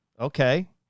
Okay